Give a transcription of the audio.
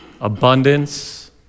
abundance